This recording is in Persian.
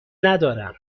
ندارم